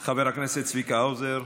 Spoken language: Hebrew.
חבר הכנסת צביקה האוזר,